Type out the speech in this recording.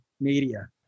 media